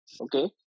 Okay